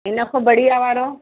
इनखां बढ़िया वारो